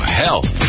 health